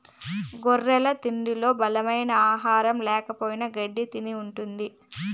గొర్రెల తిండిలో బలమైన ఆహారం ల్యాకపోయిన గెడ్డి తిని ఉంటది